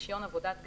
"רישיון עבודת גז"